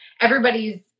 everybody's